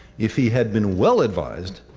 if he had been well-advised,